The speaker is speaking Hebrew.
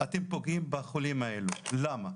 אתם פוגעים בחולים האלו, למה?